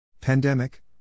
Pandemic